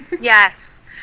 Yes